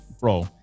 bro